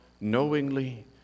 knowingly